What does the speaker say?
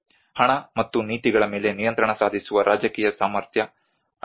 ಹಣ ಮತ್ತು ನೀತಿಗಳ ಮೇಲೆ ನಿಯಂತ್ರಣ ಸಾಧಿಸುವ ರಾಜಕೀಯ ಸಾಮರ್ಥ್ಯ ಅಭಿವೃದ್ಧಿ